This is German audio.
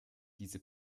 diese